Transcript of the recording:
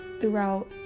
throughout